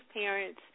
parents